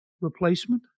replacement